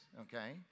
okay